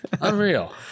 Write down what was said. unreal